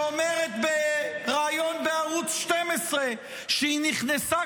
שאומרת בריאיון בערוץ 12 שהיא נכנסה